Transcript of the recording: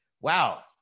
wow